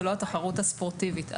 ולא התחרות הספורטיבית.